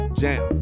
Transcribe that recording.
jam